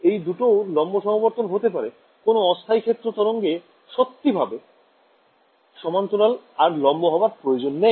এই দুটোও লম্ব সমবর্তন হতে পারে কোন অস্থায়ী ক্ষেত্র তরঙ্গে সত্যি ভাবে সমান্তরাল আর লম্ব হওয়ার প্রয়োজন নেই